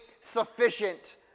sufficient